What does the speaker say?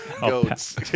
goats